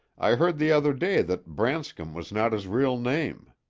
i heard the other day that branscom was not his real name.